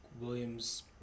Williams